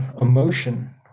emotion